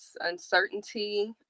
uncertainty